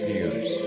News